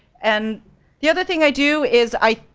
and the other thing i do is i,